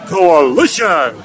Coalition